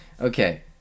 Okay